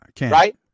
Right